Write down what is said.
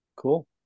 Cool